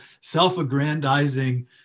self-aggrandizing